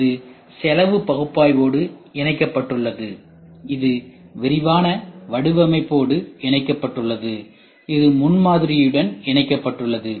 இது செலவு பகுப்பாய்வோடு இணைக்கப்பட்டுள்ளது இது விரிவான வடிவமைப்போடு இணைக்கப்பட்டுள்ளது இது முன்மாதிரியுடன் இணைக்கப்பட்டுள்ளது